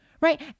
right